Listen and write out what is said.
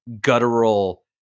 guttural